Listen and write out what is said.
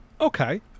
Okay